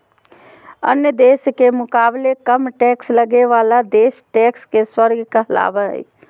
अन्य देश के मुकाबले कम टैक्स लगे बाला देश टैक्स के स्वर्ग कहलावा हई